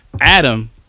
Adam